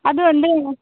ಅದು ಒಂದೆ